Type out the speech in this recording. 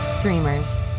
Dreamers